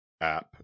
app